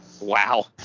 Wow